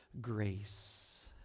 grace